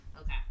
Okay